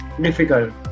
difficult